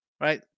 right